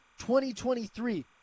2023